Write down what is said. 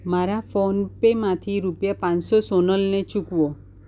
મારા ફોનપે માંથી રૂપિયા પાંચ શૂન્ય શૂન્ય સોનલને ચૂકવો